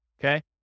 Okay